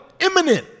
Imminent